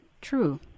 True